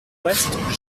reste